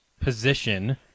position